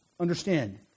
understand